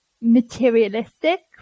materialistic